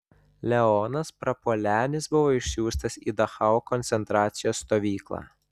leonas prapuolenis buvo išsiųstas į dachau koncentracijos stovyklą